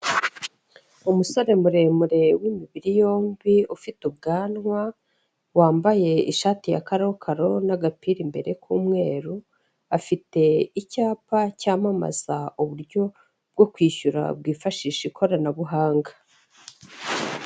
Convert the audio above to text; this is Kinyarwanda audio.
Umusore muremure w'imibiri yombi, ufite ubwanwa, wambaye ishati ya karokaro n'agapira imbere k'umweru, afite icyapa cyamamaza uburyo bwo kwishyura bwifashisha ikoranabuhanga.